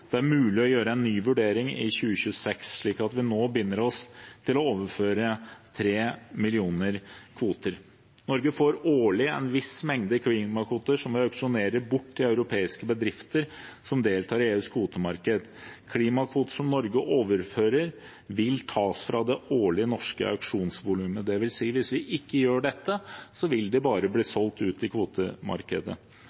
Det er mulig å gjøre en ny vurdering i 2026, slik at vi nå binder oss til å overføre 3 millioner kvoter. Norge får årlig en viss mengde klimakvoter som vi auksjonerer bort til europeiske bedrifter som deltar i EUs kvotemarked. Klimakvoter som Norge overfører, vil tas fra det årlige norske auksjonsvolumet. Det vil si at hvis vi ikke gjør dette, vil de bare bli